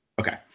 Okay